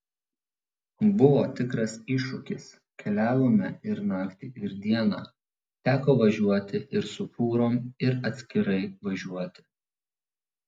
buvo tikras iššūkis keliavome ir naktį ir dieną teko važiuoti ir su fūrom ir atskirai važiuoti